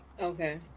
Okay